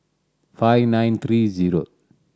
five nine three zero